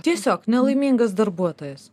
tiesiog nelaimingas darbuotojas